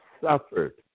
suffered